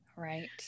Right